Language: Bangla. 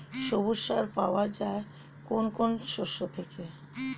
সবুজ সার পাওয়া যায় কোন কোন শস্য থেকে?